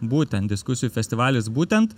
būtent diskusijų festivalis būtent